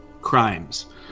crimes